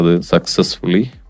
Successfully